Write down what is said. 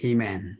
Amen